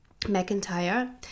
McIntyre